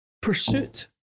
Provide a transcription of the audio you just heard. pursuit